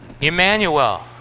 Emmanuel